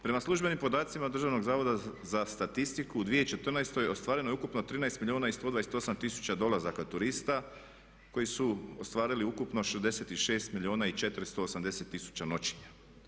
Prema službenim podacima Državnog zavoda za statistiku u 2014. ostvareno je ukupno 13 milijuna i 128 tisuća dolazaka turista koji su ostvarili ukupno 66 milijuna i 480 tisuća noćenja.